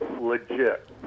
legit